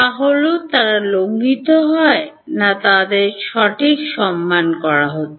তা হল তারা লঙ্ঘিত হয় বা তাদের সঠিক সম্মান করা হচ্ছে